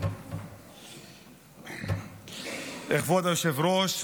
כבוד היושב-ראש,